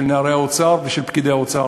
של נערי האוצר ושל פקידי האוצר,